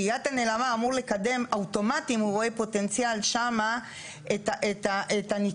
כי יד נעלמה אמור לקדם אוטומטית אם הוא רואה פוטנציאל שם את הניצול,